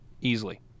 easily